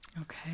Okay